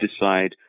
decide